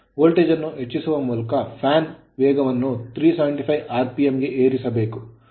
voltage ಅನ್ನು ಹೆಚ್ಚಿಸುವ ಮೂಲಕ fan ಫ್ಯಾನ್ ನ ವೇಗವನ್ನು 375 rpm ಆರ್ಪಿಎಂ ಗೆ ಏರಿಸಬೇಕು